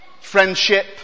friendship